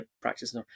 practice